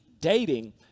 dating